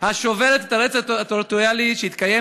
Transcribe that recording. השוברת את הרצף הטריטוריאלי שהתקיים